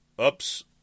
Oops